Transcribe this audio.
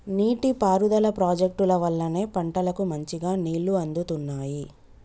నీటి పారుదల ప్రాజెక్టుల వల్లనే పంటలకు మంచిగా నీళ్లు అందుతున్నాయి